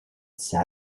sat